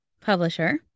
publisher